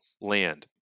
land